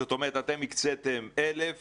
זאת אומרת שאתם הקצתם 1,000